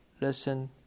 listen